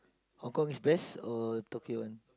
Hong Kong is best or Tokyo one